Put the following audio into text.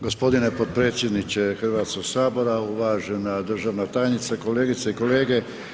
Gospodine potpredsjedniče Hrvatskoga sabora, uvažena državne tajnice, kolegice i kolege.